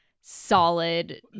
solid